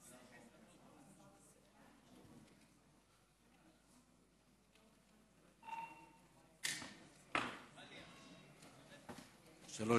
שלוש